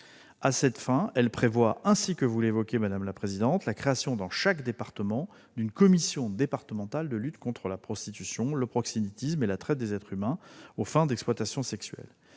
À cette fin, elle prévoit, ainsi que vous l'évoquiez, madame la sénatrice, la création dans chaque département d'une commission départementale de lutte contre la prostitution, le proxénétisme et la traite des êtres humains aux fins d'exploitation sexuelle.